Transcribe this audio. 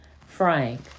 Frank